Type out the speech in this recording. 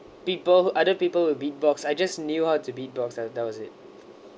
people other people will beatbox I just knew how to beatbox and that was it